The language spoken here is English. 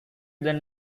then